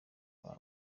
kwa